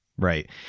Right